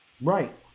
Right